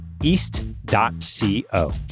east.co